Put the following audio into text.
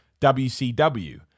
WCW